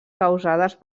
causades